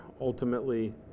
ultimately